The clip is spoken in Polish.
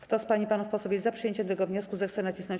Kto z pań i panów posłów jest za przyjęciem tego wniosku, zechce nacisnąć